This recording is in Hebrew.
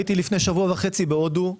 הייתי לפני שבוע וחצי בהודו.